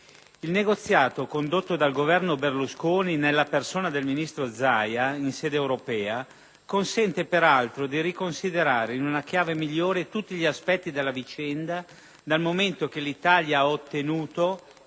Il negoziato condotto dal Governo Berlusconi nella persona del ministro Zaia, in sede europea, consente peraltro di riconsiderare in una chiave migliore tutti gli aspetti della vicenda, dal momento che l'Italia ha ottenuto,